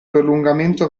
prolungamento